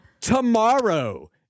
Tomorrow